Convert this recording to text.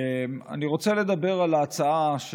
אני רוצה לדבר על ההצעה,